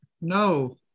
no